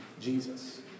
Jesus